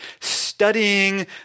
studying